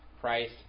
Price